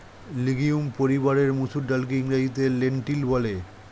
legume পরিবারের মুসুর ডালকে ইংরেজিতে লেন্টিল বলে